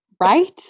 Right